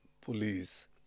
police